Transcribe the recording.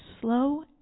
slow